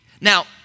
Now